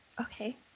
okay